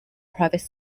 private